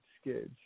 skids